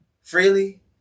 freely